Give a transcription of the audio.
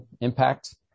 impact